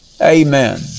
Amen